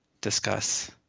discuss